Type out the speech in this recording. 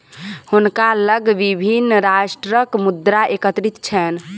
हुनका लग विभिन्न राष्ट्रक मुद्रा एकत्रित छैन